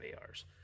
ARs